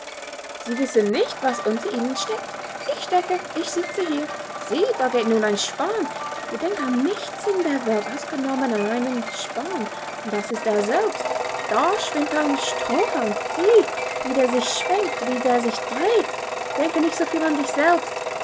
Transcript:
sie wissen nicht was unter ihnen steckt ich stecke ich sitze hier sieh da geht nun ein span der denkt an nichts in der welt ausgenommen an einen span und das ist er selbst da schwimmt ein strohhalm sieh wie der sich schwenkt wie der sich dreht denke nicht soviel an dich selbst